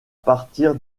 partir